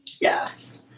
Yes